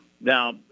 Now